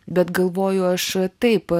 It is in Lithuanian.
bet galvoju aš taip